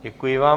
Děkuji vám.